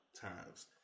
times